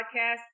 podcast